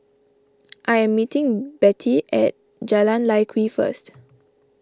I am meeting Bette at Jalan Lye Kwee first